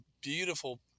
beautiful